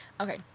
Okay